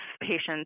patients